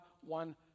one